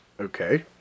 Okay